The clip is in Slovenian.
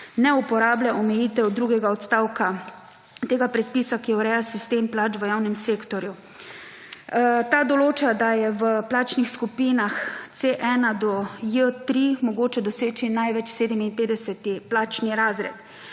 ne uporablja omejitev drugega odstavka tega predpisa, ki ureja sistem plač v javnem sektorju. Ta določa, da je v plačnih skupinah C1 do J3 mogoče doseči največ 57. plačni razred.